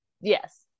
Yes